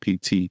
PT